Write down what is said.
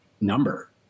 number